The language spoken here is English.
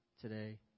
today